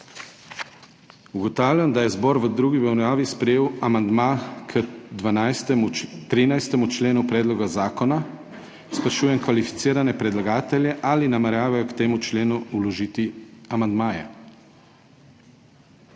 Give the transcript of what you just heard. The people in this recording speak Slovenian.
Ugotavljam, da je zbor v drugi obravnavi sprejel amandma k 13. členu Predloga zakona. Sprašujem kvalificirane predlagatelje, ali nameravajo k temu členu vložiti amandmaje?